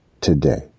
today